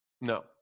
no